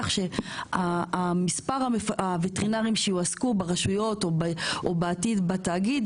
מספר הווטרינרים שיועסקו ברשויות או בעתיד בתאגיד,